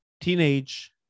teenage